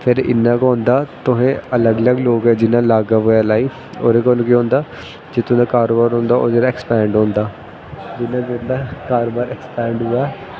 फिर इ'यां गै होंदा तुसें अलग अलग लोगै जियां लाग्गै बगैरा लाई ओह्दे कन्नै केह् होंदा जेह्ड़ा तुं'दा कारोबार होंदा ओह् ऐक्सपैंड होंदा जियां तुं'दा कारोबार ऐक्सपैंड होएआ